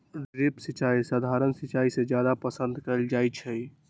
drip सिंचाई सधारण सिंचाई से जादे पसंद कएल जाई छई